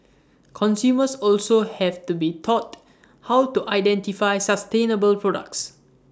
consumers also have to be taught how to identify sustainable products